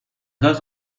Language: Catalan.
dos